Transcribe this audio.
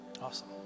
Awesome